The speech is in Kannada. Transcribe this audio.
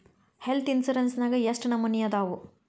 ಹೆಲ್ತ್ ಇನ್ಸಿರೆನ್ಸ್ ನ್ಯಾಗ್ ಯೆಷ್ಟ್ ನಮನಿ ಅದಾವು?